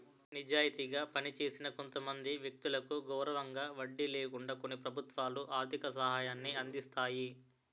నిజాయితీగా పనిచేసిన కొంతమంది వ్యక్తులకు గౌరవంగా వడ్డీ లేకుండా కొన్ని ప్రభుత్వాలు ఆర్థిక సహాయాన్ని అందిస్తాయి